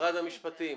משרד המשפטים,